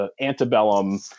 antebellum